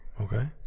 Okay